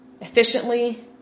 efficiently